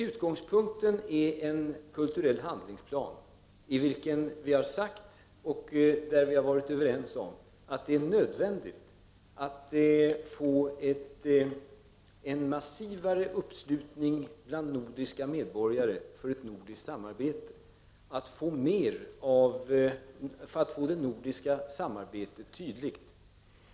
Utgångspunkten är en kulturhandlingsplan, i vilken vi har sagt och varit överens om att det är nödvändigt att få en massivare uppslutning bland nordiska medborgare för ett nordiskt samarbete för att det nordiska samarbetet skall bli tydligt.